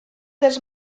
dels